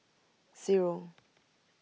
zero